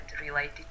related